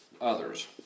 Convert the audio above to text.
others